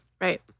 Right